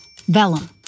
Vellum